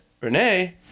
Renee